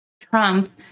Trump